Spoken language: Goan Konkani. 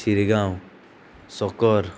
शिरगांव सकर